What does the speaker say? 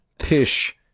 Pish